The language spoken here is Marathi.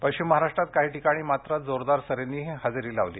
पश्चिम महाराष्ट्रात काही ठिकाणी मात्र जोरदार सरींनीही हजेरी लावली